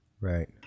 Right